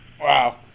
wow